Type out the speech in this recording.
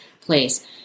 place